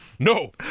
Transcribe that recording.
No